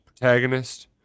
protagonist